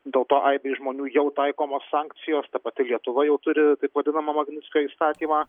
dėl to aibei žmonių jau taikomos sankcijos ta pati lietuva jau turi taip vadinamą magnickio įstatymą